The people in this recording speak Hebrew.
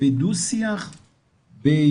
בדו שיח בהסברה